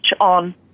on